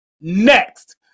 next